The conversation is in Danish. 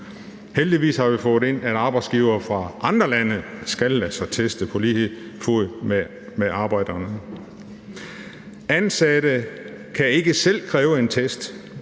Heldigvis har vi fået indført, at arbejdsgivere fra andre lande skal lade sig teste på lige fod med arbejderne. Ansatte kan ikke selv kræve en test,